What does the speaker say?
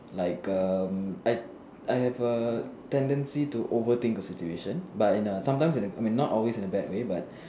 like um I I have a tendency to overthink a situation but in a sometimes in a not always in a bad way but